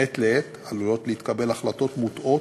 מעת לעת עלולות להתקבל החלטות מוטעות,